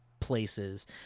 places